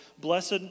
Blessed